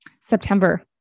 September